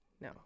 No